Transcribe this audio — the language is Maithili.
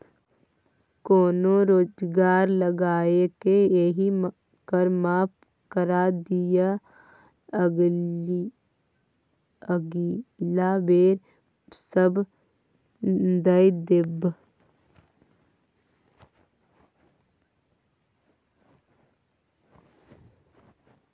कोनो जोगार लगाकए एहि कर माफ करा दिअ अगिला बेर सभ दए देब